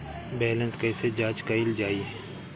Balance कइसे जांच कइल जाइ?